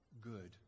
good